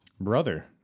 Brother